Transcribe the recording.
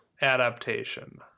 adaptation